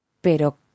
Pero